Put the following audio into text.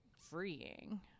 freeing